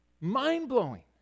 mind-blowing